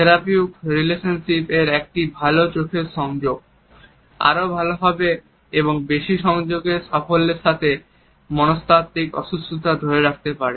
therapeutic রিলেশনশিপে একটি ভালো চোখের সংযোগ আরো ভালোভাবে এবং বেশি সাফল্যের সাথে মনস্তাত্ত্বিক অসুস্থতাগুলি ধরতে পারে